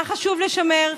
מה חשוב לשמר,